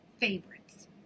favorites